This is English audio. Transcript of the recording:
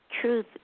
Truth